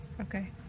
okay